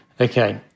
Okay